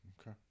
Okay